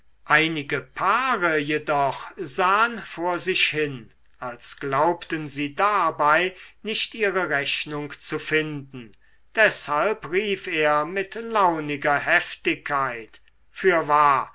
einige paare jedoch sahen vor sich hin als glaubten sie dabei nicht ihre rechnung zu finden deshalb rief er mit launiger heftigkeit fürwahr